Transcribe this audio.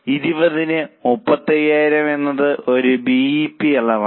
അതിനാൽ 20 ന് 35000 എന്നത് ഒരു ബിഇപി അളവാണ്